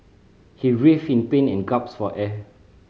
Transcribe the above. he writhed in pain and gaps for air